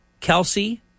Kelsey